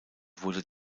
wurde